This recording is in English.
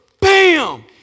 bam